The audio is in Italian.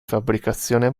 fabbricazione